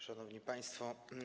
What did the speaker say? Szanowni Państwo!